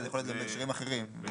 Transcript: אנחנו